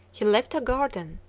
he left a garden,